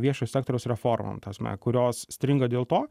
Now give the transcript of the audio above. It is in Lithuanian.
viešo sektoriaus reformom ta prasme kurios strigo dėl to